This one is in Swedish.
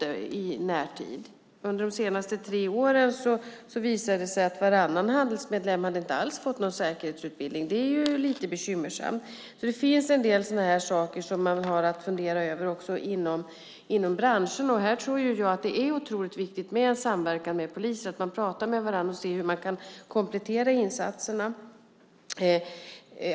Det visade sig att under de senaste tre åren hade varannan Handelsmedlem inte alls fått någon säkerhetsutbildning, och det är lite bekymmersamt. Det finns en del sådana här saker att fundera över också inom branschen. Här tror jag att det är otroligt viktigt med en samverkan med polisen, att man pratar med varandra för att se hur man kan komplettera insatserna.